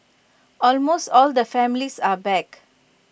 almost all the families are back